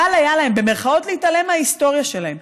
"קל" היה להם, במירכאות, להתעלם מההיסטוריה שלהם.